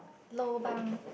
lobang